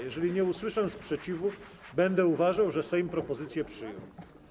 Jeżeli nie usłyszę sprzeciwu, będę uważał, że Sejm propozycję przyjął.